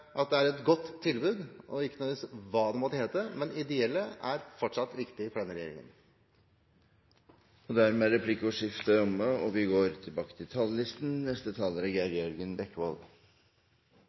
at det er et godt tilbud, og ikke nødvendigvis av hva det måtte hete, men ideelle er fortsatt viktig for denne regjeringen. Replikkordskiftet er omme. Med budsjettforliket som Kristelig Folkeparti har inngått sammen med Høyre, Fremskrittspartiet og Venstre, styrkes den sosiale profilen på budsjettet for 2015, og